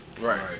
Right